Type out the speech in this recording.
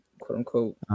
quote-unquote